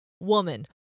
Woman